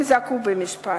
הם זכו במשפט.